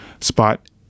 spot